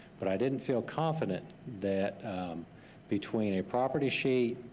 but i didn't feel confident that between a property sheet,